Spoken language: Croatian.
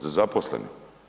Za zaposlene.